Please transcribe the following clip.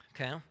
okay